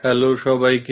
hello সবাইকে